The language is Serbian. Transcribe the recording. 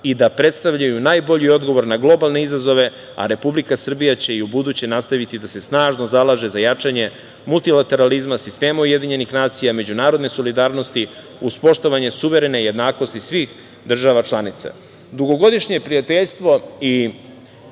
i da predstavljaju najbolji odgovor na globalne izazove, a Republika Srbija će i ubuduće nastaviti da se snažno zalaže za jačanje multilateralizma, sistema UN, međunarodne solidarnosti, uz poštovanje suverene jednakosti svih država